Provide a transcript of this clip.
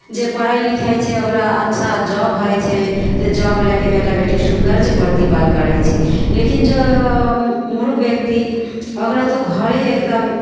जे पढ़य लिखय छै ओकरा अच्छा जॉब होइ छै तऽ जॉब लैके बेटा बेटीके सुन्दरसँ प्रतिपाल करय छै लेकिन जँ मूर्ख व्यक्ति ओकरा तऽ घरे एकदम